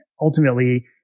ultimately